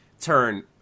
turn